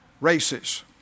races